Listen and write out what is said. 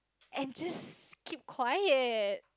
and just keep quiet